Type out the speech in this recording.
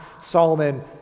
Solomon